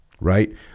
right